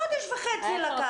חודש וחצי לקח.